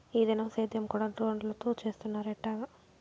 ఈ దినం సేద్యం కూడ డ్రోన్లతో చేస్తున్నారు ఎట్టాగా